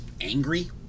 angry